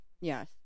Yes